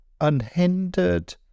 unhindered